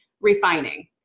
refining